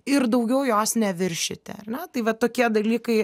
ir daugiau jos neviršyti ar ne tai va tokie dalykai